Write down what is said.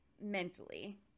mentally